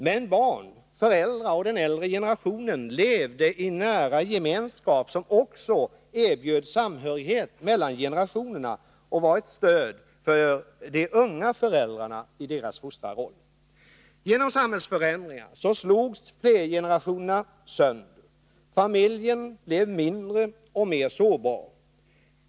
Men barn, föräldrar och den äldre generationen levde i nära gemenskap som också erbjöd samhörighet mellan generationerna och var ett stöd för de unga föräldrarna i deras fostrarroll. Genom samhällsförändringar slogs flergenerationerna sönder — familjen blev mindre och mer sårbar.